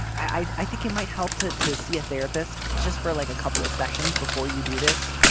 i think it might help to to see a therapist just for like a couple of sessions before you do this.